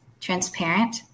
transparent